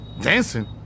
Dancing